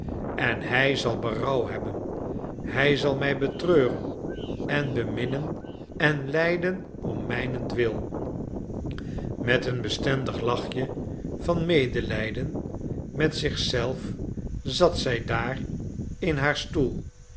en hij zal berouw hebben hij zal mij betreuren en beminnen en lijden om mijnentwil met een bestendig lachje van medelijden met zich zelf zat zij daar in haar stoel